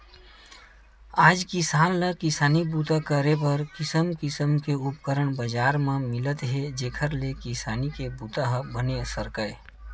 आज किसान ल किसानी बूता करे बर किसम किसम के उपकरन बजार म मिलत हे जेखर ले किसानी के बूता ह बने सरकय